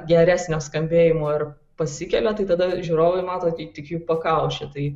geresnio skambėjimo ir pasikelia tai tada žiūrovai mato tai tik jų pakaušį tai